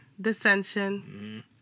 Dissension